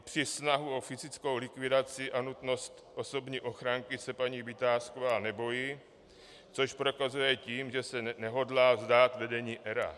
I přes snahu o fyzickou likvidaci a nutnost osobní ochrany se paní Vitásková nebojí, což prokazuje tím, že se nehodlá vzdát vedení ERÚ.